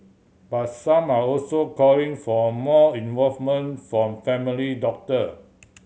but some are also calling for more involvement from family doctor